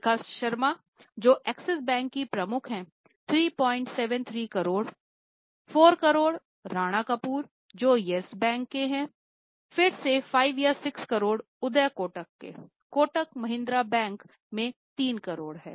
शिखा शर्मा जो Axis bank की प्रमुख हैं 373 करोड़ 4 करोड़ राणा कपूर जो यस बैंक हैं फिर से 5 या 6 करोड़ उदय कोटक के कोटक महिंद्रा बैंक में 3 करोड़ है